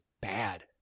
bad